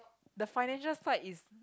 the financial side is